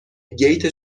گیت